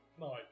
no